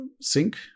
sync